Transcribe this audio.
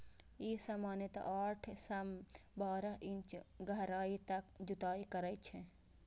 ई सामान्यतः आठ सं बारह इंच गहराइ तक जुताइ करै छै